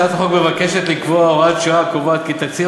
הצעת החוק מבקשת לקבוע הוראת שעה הקובעת כי תקציב